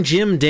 Jim